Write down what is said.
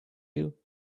you